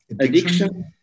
Addiction